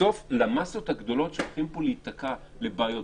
בסוף למאסות הגדולות שהולכות פה להיתקע בבעיות,